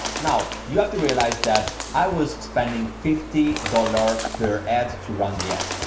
now you have to realize that i was spending fifty dollars per ad to run the ad.